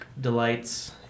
delights